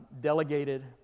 delegated